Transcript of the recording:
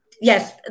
yes